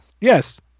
Yes